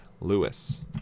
Lewis